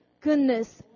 goodness